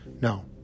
No